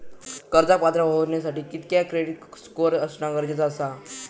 कर्जाक पात्र होवच्यासाठी कितक्या क्रेडिट स्कोअर असणा गरजेचा आसा?